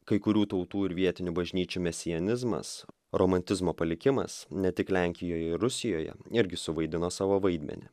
kai kurių tautų ir vietinių bažnyčių mesianizmas romantizmo palikimas ne tik lenkijoje ir rusijoje irgi suvaidino savo vaidmenį